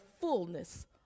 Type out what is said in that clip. fullness